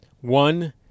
One